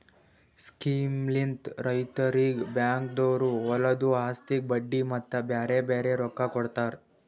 ಸ್ಕೀಮ್ಲಿಂತ್ ರೈತುರಿಗ್ ಬ್ಯಾಂಕ್ದೊರು ಹೊಲದು ಆಸ್ತಿಗ್ ಬಡ್ಡಿ ಮತ್ತ ಬ್ಯಾರೆ ಬ್ಯಾರೆ ರೊಕ್ಕಾ ಕೊಡ್ತಾರ್